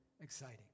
exciting